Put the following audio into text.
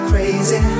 crazy